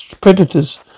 predators